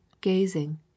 gazing